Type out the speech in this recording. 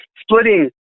Splitting